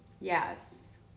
Yes